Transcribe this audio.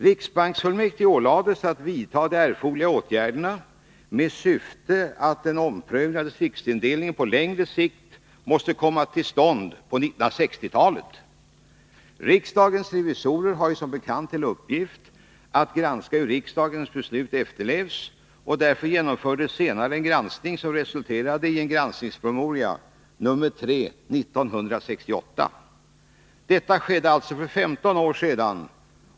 Riksbanksfullmäktige ålades att vidta de erforderliga åtgärderna med syfte att en omprövning av distriktsindelningen på längre sikt måste komma till stånd under 1960-talet. Riksdagens revisorer har ju som bekant till uppgift att granska hur riksdagens beslut efterlevs, och därför genomfördes senare en granskning som resulterade i granskningspromemoria nr 3 1968. Detta skedde alltså för 15 år sedan.